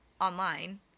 online